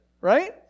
right